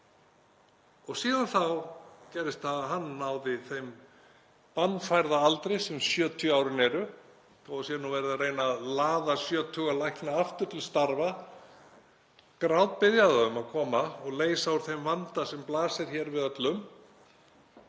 Síðan gerðist það að hann náði þeim bannfærða aldri sem 70 árin eru. Þó að það sé verið að reyna að laða sjötuga lækna aftur til starfa, grátbiðja þá um að koma og leysa úr þeim vanda sem blasir við öllum,